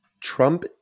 Trump